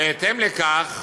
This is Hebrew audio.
בהתאם לכך,